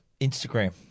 Instagram